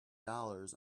dollars